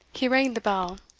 he rang the bell.